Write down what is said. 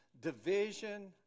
division